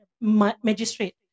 magistrate